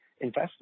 investors